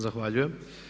Zahvaljujem.